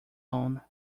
own